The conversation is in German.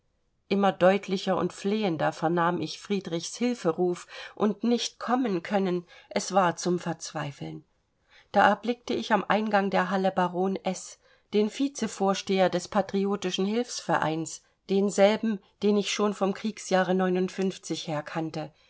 immer deutlicher und flehender vernahm ich friedrichs hilferuf und nicht kommen können es war zum verzweifeln da erblickte ich am eingang der halle baron s den vize vorsteher des patriotischen hilfsvereins denselben den ich schon vom kriegsjahre her kannte